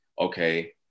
Okay